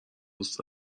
دوست